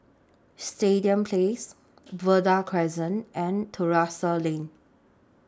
Stadium Place Verde Crescent and Terrasse Lane